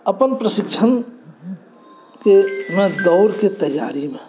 अपन प्रशिक्षणमे दौड़के तैआरीमे